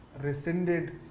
rescinded